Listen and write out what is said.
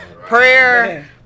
prayer